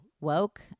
Woke